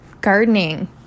gardening